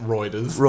Reuters